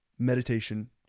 meditation